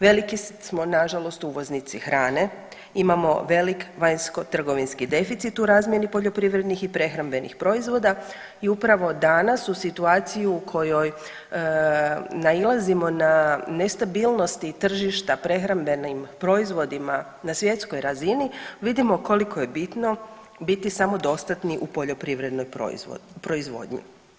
Veliki smo nažalost uvoznici hrane imamo velik vanjsko trgovinski deficit u razmjeni poljoprivrednih i prehrambenih proizvoda i upravo danas u situaciju u kojoj nailazimo na nestabilnosti tržišta prehrambenim proizvodima na svjetskoj razini vidimo koliko je bitno biti samodostatni u poljoprivrednoj proizvodnji.